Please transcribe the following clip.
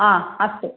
हा अस्तु